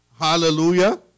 Hallelujah